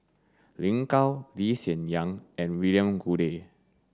Lin Gao Lee Hsien Yang and William Goode